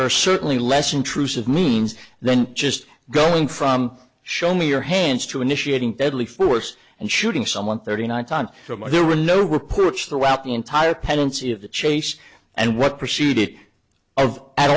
are certainly less intrusive means then just going from show me your hands to initiating deadly force and shooting someone thirty nine times more there were no reports throughout the entire pendency of the chase and what p